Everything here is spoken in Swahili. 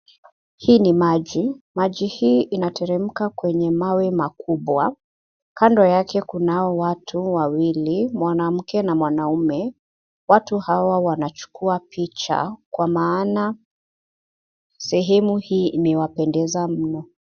Hii ni maji. Maji hii inateremka kwenye mawe makubwa. Kando yake kunao watu wawili, mwanamke na mwanaume. Watu hawa wanachukua picha kwa maana sehemu hii imewapendeza mno.